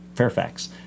Fairfax